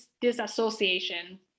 disassociation